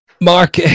Mark